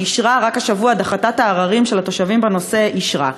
שרק השבוע דחתה את העררים של התושבים בנושא ואישרה.